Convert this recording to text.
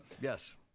Yes